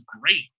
great